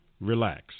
relax